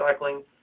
recycling